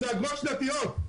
וזה אגרות שנתיות.